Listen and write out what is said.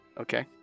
Okay